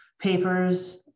papers